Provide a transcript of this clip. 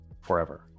forever